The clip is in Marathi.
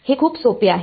हे खूप सोपे आहे